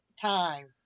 time